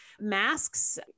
masks